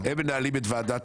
הם מנהלים את ועדת